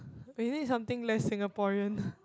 isn't it something less Singaporeans